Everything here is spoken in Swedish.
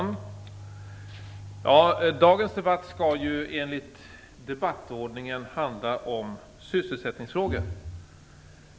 Fru talman! Dagens debatt skall enligt debattordningen handla om sysselsättningsfrågor.